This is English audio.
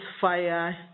fire